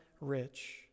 rich